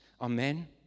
Amen